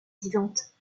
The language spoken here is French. vivante